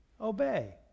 obey